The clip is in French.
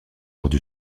heures